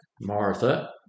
Martha